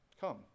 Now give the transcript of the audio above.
come